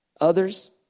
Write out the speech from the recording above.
Others